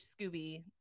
scooby